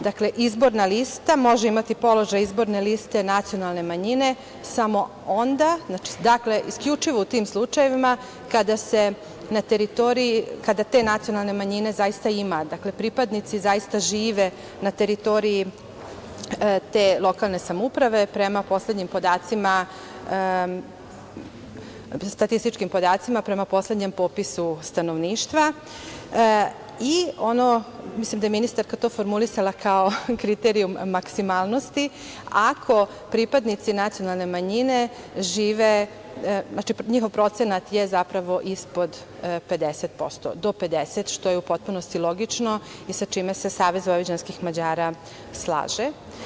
Dakle, izborna lista može imati položaj izborne liste nacionalne manjine samo onda, isključivo u tim slučajevima kada na teritoriji te nacionalne manjine zaista i ima, pripadnici zaista žive na teritoriji te lokalne samouprave, prema poslednjim statističkim podacima, prema poslednjem popisu stanovništva i ono, mislim da je ministarka to formulisala kao kriterijum maksimalnosti - ako pripadnici nacionalne manjine žive, njihov procenat je zapravo ispod 50%, do 50%, što je u potpunosti logično i sa čime se Savez vojvođanskih Mađara slaže.